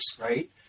right